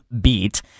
beat